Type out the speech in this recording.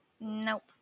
nope